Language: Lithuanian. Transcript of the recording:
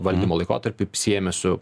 valdymo laikotarpį siejame su